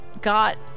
got